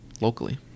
locally